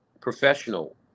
professional